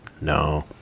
No